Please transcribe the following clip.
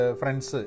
friends